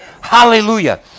Hallelujah